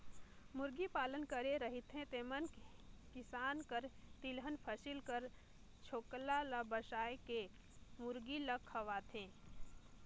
मुरगी पालन करे रहथें तेमन किसान कर तिलहन फसिल कर छोकला ल बेसाए के मुरगी ल खवाथें